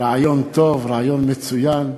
הרעיון טוב, רעיון מצוין,